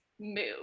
move